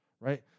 Right